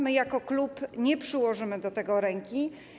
My jako klub nie przyłożymy do tego ręki.